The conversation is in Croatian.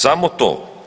Samo to.